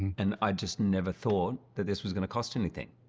and i just never thought that this was gonna cost anything.